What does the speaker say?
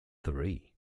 three